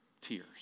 tears